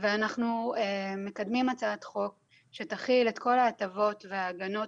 ואנחנו מקדמים הצעת חוק שתכיל את כל ההטבות וההגנות